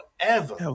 forever